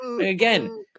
again